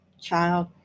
child